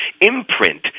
imprint